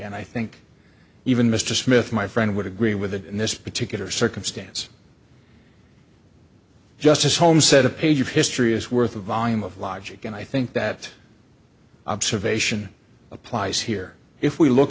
and i think even mr smith my friend would agree with that in this particular circumstance just as holmes said a page of history is worth a volume of logic and i think that observation applies here if we look